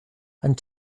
and